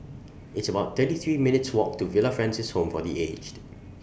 It's about thirty three minutes Walk to Villa Francis Home For The Aged